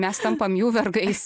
mes tampam jų vergais